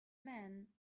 men